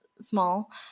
small